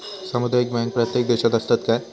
सामुदायिक बँक प्रत्येक देशात असतत काय?